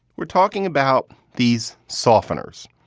we're talking about these softeners.